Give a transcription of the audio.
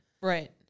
Right